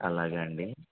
అలాగా అండి